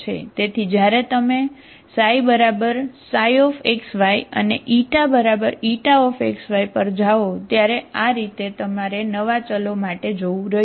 તેથી જ્યારે તમે ξ ξxy અને xy પર જાઓ ત્યારે આ રીતે તમારે નવા ચલો માટે જોવું રહ્યું